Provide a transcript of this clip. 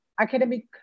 academic